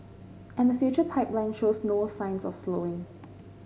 and the future pipeline shows no signs of slowing